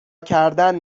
کردن